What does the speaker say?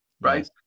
Right